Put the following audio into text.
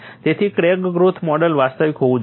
તેથી crack growth model વાસ્તવિક હોવું જોઈએ